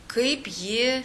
kaip ji